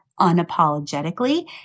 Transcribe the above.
unapologetically